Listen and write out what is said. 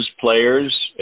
players